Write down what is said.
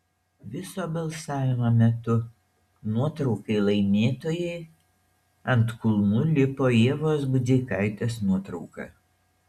viso balsavimo metu nuotraukai laimėtojai ant kulnų lipo ievos budzeikaitės nuotrauka